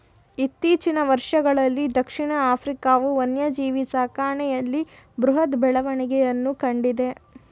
ಇತ್ತೀಚಿನ ವರ್ಷಗಳಲ್ಲೀ ದಕ್ಷಿಣ ಆಫ್ರಿಕಾವು ವನ್ಯಜೀವಿ ಸಾಕಣೆಯಲ್ಲಿ ಬೃಹತ್ ಬೆಳವಣಿಗೆಯನ್ನು ಕಂಡಿದೆ